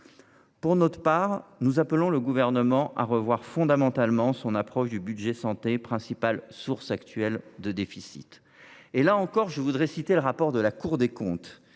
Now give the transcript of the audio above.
Pour notre part, nous appelons le Gouvernement à revoir fondamentalement son approche du budget de la santé, principale source actuelle de déficit. Le rapport de la Cour des comptes